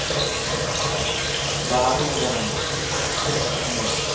bathroom حظ بَناوُن اَہن حظ